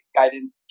guidance